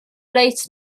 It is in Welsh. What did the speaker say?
reit